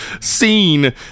scene